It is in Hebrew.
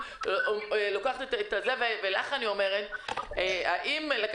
למעשה, הוא לא אמר לנו שום דבר, למרות שהוא